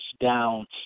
down